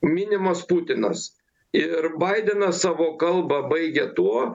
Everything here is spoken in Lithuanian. minimas putinas ir baidenas savo kalbą baigia tuo